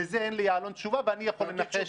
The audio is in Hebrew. לזה אין ליעלון תשובה ואני יכול לנחש.